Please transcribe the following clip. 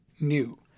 new